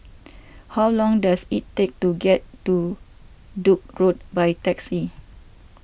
how long does it take to get to Duke's Road by taxi